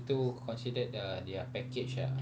two considered the their package ah